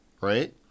right